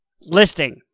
listing